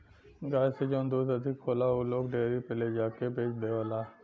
गाय से जौन दूध अधिक होला उ लोग डेयरी पे ले जाके के बेच देवला